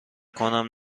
کنم